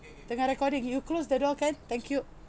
recording you close the door can thank you